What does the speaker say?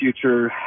future